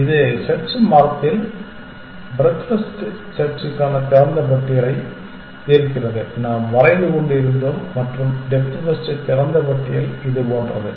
இப்போது செர்ச் மரத்தில் breadth first செர்ச்க்கான திறந்த பட்டியலை தீர்க்கிறது நாம் வரைந்து கொண்டிருந்தோம் மற்றும் டெப்த் ஃபர்ஸ்ட் திறந்த பட்டியல் இது போன்றது